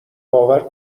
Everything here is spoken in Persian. باور